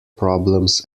problems